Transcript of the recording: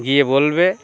গিয়ে বলবে